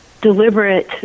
Deliberate